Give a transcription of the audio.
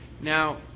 now